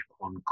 on